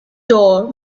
door